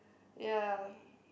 ya